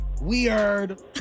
Weird